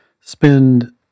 spend